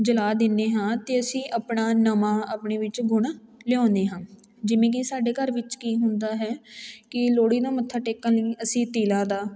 ਜਲਾ ਦਿੰਦੇ ਹਾਂ ਅਤੇ ਅਸੀਂ ਆਪਣਾ ਨਵਾਂ ਆਪਣੇ ਵਿੱਚ ਗੁਣ ਲਿਆਉਂਦੇ ਹਾਂ ਜਿਵੇਂ ਕਿ ਸਾਡੇ ਘਰ ਵਿੱਚ ਕੀ ਹੁੰਦਾ ਹੈ ਕਿ ਲੋਹੜੀ ਦਾ ਮੱਥਾ ਟੇਕਣ ਲਈ ਅਸੀਂ ਤਿਲਾਂ ਦਾ